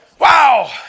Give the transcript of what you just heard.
wow